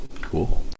Cool